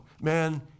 man